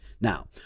Now